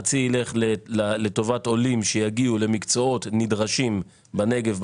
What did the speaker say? חצי ילך לטובת עולים שיגיעו למקצועות נדרשים בנגב,